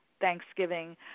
Thanksgiving